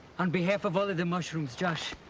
on behalf of all of the mushrooms, josh,